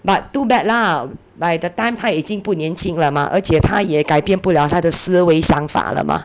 but too bad lah by that time 她已经不年轻了吗而且她也改变不了她的思维想法了 mah